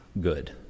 good